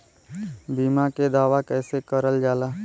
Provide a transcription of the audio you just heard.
बीमा के दावा कैसे करल जाला?